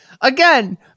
again